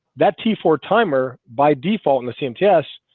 that t ford timer by default in the same ts.